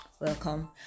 Welcome